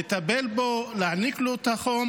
לטפל בו ולהעניק לו את החום